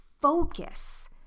focus